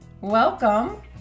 Welcome